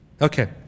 Okay